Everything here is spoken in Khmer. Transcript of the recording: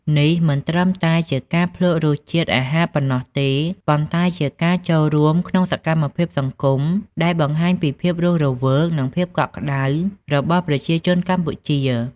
នេះមិនត្រឹមតែជាការភ្លក្សរសជាតិអាហារប៉ុណ្ណោះទេ ប៉ុន្តែជាការចូលរួមក្នុងសកម្មភាពសង្គមដែលបង្ហាញពីភាពរស់រវើក និងភាពកក់ក្តៅរបស់ប្រជាជនកម្ពុជា។